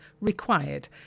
Required